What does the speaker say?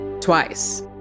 Twice